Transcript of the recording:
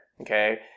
Okay